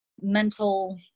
mental